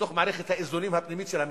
בתוך מערכת האיזונים הפנימיים של המשטר.